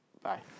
bye